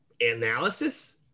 analysis